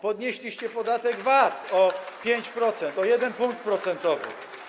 Podnieśliście podatek VAT o 5%, o 1 punkt procentowy.